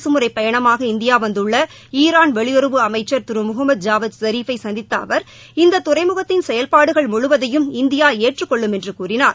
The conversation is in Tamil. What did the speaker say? அரசமுறைப் பயணமாக இந்தியா வந்துள்ள ஈராள் வெளியுறவுத்துறை அமைச்சள் திரு முகமது ஜாவத் ஷீபை சந்தித்த அவா் இந்த துறைமுகத்தின் செயல்பாடுகள் முழுவதையும் இந்தியா ஏற்றுக் கொள்ளும் என்று கூறினார்